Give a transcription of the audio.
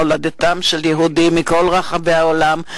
מולדתם של יהודים מכל רחבי העולם,